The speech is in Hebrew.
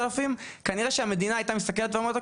כנראה שהמדינה הייתה מתסכלת ואומרת,